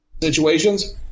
situations